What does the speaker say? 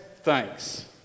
thanks